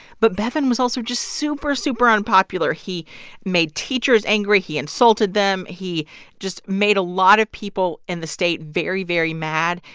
but bevin was also just super, super unpopular. he made teachers angry. he insulted them. he just made a lot of people in the state very, very mad.